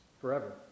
forever